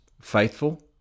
faithful